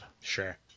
Sure